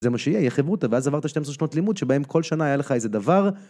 זה מה שיהיה, היא החברות, ואז עברת 12 שנות לימוד, שבהן כל שנה היה לך איזה דבר.